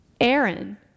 Aaron